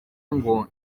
ngo